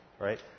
Right